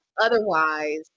otherwise